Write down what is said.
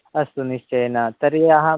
अस्तु निश्चयेन तर्हि अहं